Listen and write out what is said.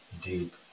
deep